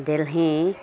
Delhi